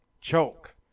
Choke